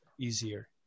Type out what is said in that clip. easier